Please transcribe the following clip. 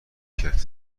کرد